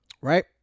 right